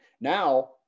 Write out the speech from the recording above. now